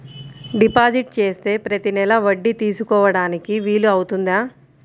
Deposit చేస్తే ప్రతి నెల వడ్డీ తీసుకోవడానికి వీలు అవుతుందా?